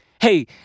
Hey